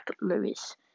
Lewis